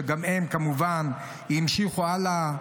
שגם הם כמובן המשיכו הלאה,